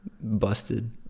Busted